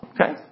okay